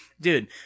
Dude